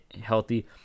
healthy